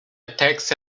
attacks